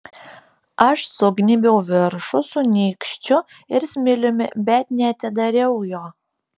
aš sugnybiau viršų su nykščiu ir smiliumi bet neatidariau jo